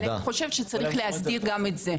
ואני חושבת שצריך להסדיר גם את זה.